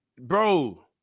Bro